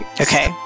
Okay